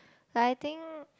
but I think